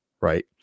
right